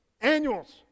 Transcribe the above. Annuals